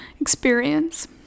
experience